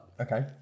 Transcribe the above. Okay